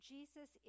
Jesus